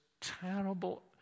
terrible